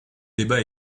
débat